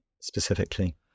specifically